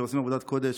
שעושים עבודת קודש,